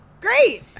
Great